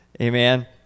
Amen